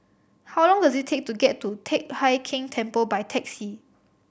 how long does it take to get to Teck Hai Keng Temple by taxi